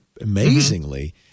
amazingly